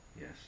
Yes